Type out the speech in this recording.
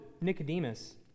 Nicodemus